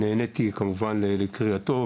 נעניתי לקריאתו,